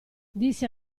disse